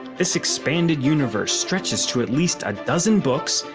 this expanded universe stretches to at least a dozen books,